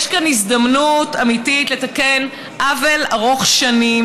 יש כאן הזדמנות אמיתית לתקן עוול ארוך שנים